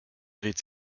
dreht